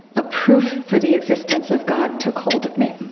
a proof for the existence of god took hold of me.